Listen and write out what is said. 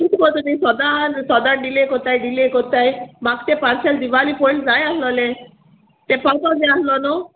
कित कोत्ता सोदां सोदां डिले कोत्ताय डिले कोत्ताय म्हाक तें पार्सेल दिवाली पोयल जाय आसलोले तें पावपा जाय आसलो न्हू